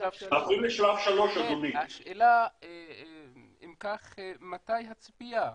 אפריל לשלב 3. אם כך, מה הציפייה?